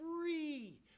free